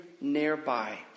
nearby